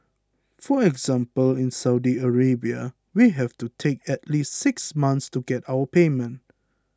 for example in Saudi Arabia we have to take at least six months to get our payment